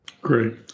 Great